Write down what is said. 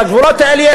בגבולות האלה,